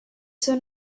soon